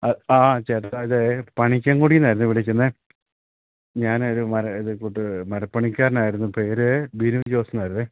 ആ ചേട്ടാ ഇതേ പണിക്കൻ കുടിയിൽ നിന്നായിരുന്നു വിളിക്കുന്നത് ഞാനൊരു ഇതേ കൂട്ട് മരപ്പണിക്കാരനായിരുന്നു പേര് ബിനു ജോസ് എന്നായിരുന്നു